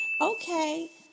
Okay